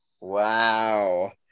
Wow